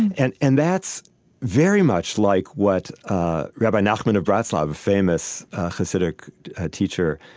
and and that's very much like what ah rabbi nachman of breslov, a famous hasidic teacher,